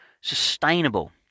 sustainable